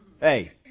Hey